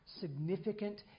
significant